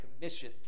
commission